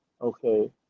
okay